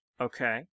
Okay